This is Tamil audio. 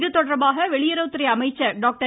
இதுதொடர்பாக வெளியுறவுத்துறை அமைச்சர் டாக்டர்